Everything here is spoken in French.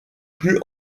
plus